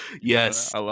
Yes